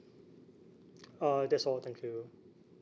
uh that's all thank you